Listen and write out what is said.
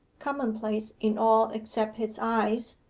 commonplace in all except his eyes.